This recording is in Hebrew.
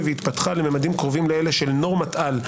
והתפתחה לממדים קרובים לאלה של נורמל-על.